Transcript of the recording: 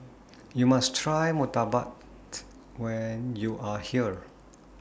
YOU must Try Murtabak when YOU Are here